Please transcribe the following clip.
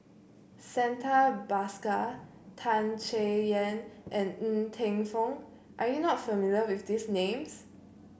Santha Bhaskar Tan Chay Yan and Ng Teng Fong are you not familiar with these names